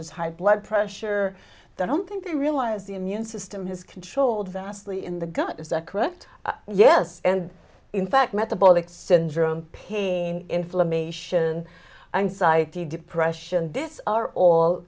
as high blood pressure i don't think they realize the immune system is controlled vastly in the gut is that correct yes in fact metabolic syndrome pain inflammation anxiety depression this are all